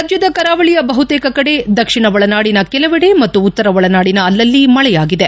ರಾಜ್ಞದ ಕರಾವಳಿಯ ಬಹುತೇಕ ಕಡೆ ದಕ್ಷಿಣ ಒಳನಾಡಿನ ಕೆಲವೆಡೆ ಮತ್ತು ಉತ್ತರ ಒಳನಾಡಿನ ಅಲ್ಲಲ್ಲಿ ಮಳೆಯಾಗಿದೆ